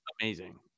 amazing